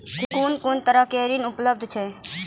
कून कून तरहक ऋण उपलब्ध छै?